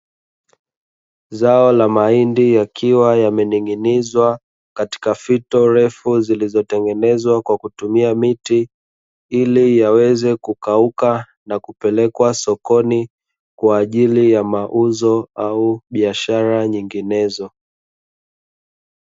Zao la mahindi yakiwa yamening'inizwa katika fito ndefu zilizotengenezwa kwa kutumia miti ili yaweze kukauka na kupelekwa sokoni kwaajili ya mauzo au biashara nyinginezo.